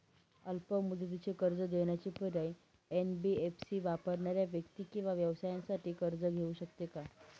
अल्प मुदतीचे कर्ज देण्याचे पर्याय, एन.बी.एफ.सी वापरणाऱ्या व्यक्ती किंवा व्यवसायांसाठी कर्ज घेऊ शकते का?